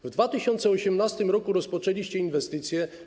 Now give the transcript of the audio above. W 2018 r. rozpoczęliście inwestycję.